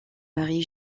marie